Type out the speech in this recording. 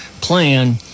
plan